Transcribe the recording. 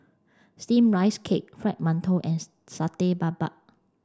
steamed rice cake fried mantou and Satay Babat